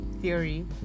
theory